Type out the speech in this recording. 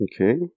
Okay